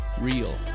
real